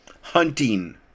hunting